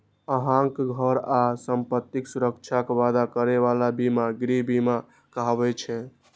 अहांक घर आ संपत्तिक सुरक्षाक वादा करै बला बीमा गृह बीमा कहाबै छै